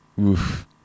Oof